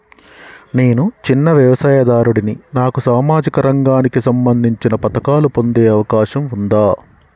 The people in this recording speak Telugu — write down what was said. నేను చిన్న వ్యవసాయదారుడిని నాకు సామాజిక రంగానికి సంబంధించిన పథకాలు పొందే అవకాశం ఉందా?